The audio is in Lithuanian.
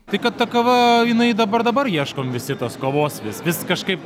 tai kad ta kava jinai dabar dabar ieškom visi tos kavos vis vis kažkaip